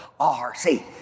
RC